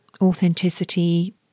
Authenticity